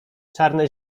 czarne